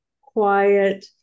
quiet